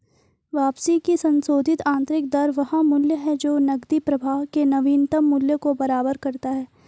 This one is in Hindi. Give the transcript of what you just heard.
वापसी की संशोधित आंतरिक दर वह मूल्य है जो नकदी प्रवाह के नवीनतम मूल्य को बराबर करता है